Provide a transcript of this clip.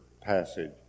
passage